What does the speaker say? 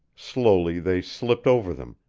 slowly they slipped over them,